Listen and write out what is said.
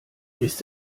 ist